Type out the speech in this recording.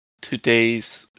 today's